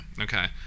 Okay